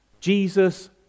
Jesus